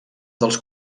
dels